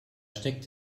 steckt